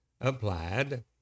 applied